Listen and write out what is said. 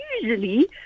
usually